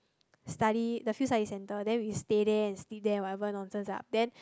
study the field study center then we stay there and sleep there and whatever nonsense lah then